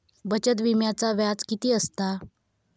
बचत विम्याचा व्याज किती असता?